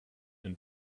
and